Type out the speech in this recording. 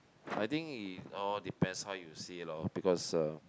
I think it all depends how you see it lor because uh